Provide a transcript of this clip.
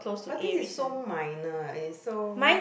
but this is so minor eh it is so